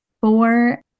four